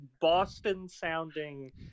Boston-sounding